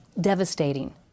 Devastating